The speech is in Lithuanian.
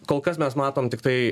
kol kas mes matom tiktai